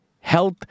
Health